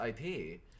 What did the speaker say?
IP